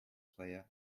player